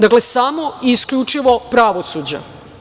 Dakle, samo i isključivo pravosuđa.